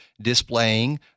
displaying